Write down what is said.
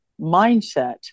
mindset